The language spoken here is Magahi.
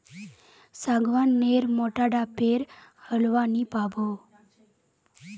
सागवान नेर मोटा डा पेर होलवा नी पाबो